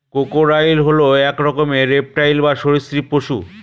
crocodile হল এক রকমের রেপ্টাইল বা সরীসৃপ পশু